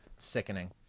sickening